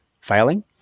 failing